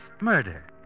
murder